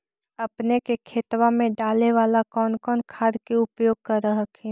अपने के खेतबा मे डाले बाला कौन कौन खाद के उपयोग कर हखिन?